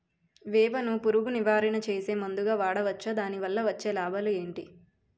వేప ను పురుగు నివారణ చేసే మందుగా వాడవచ్చా? దాని వల్ల వచ్చే లాభాలు ఏంటి?